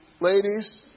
ladies